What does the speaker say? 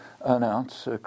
announce